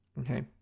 Okay